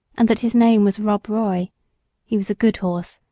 and that his name was rob roy he was a good horse,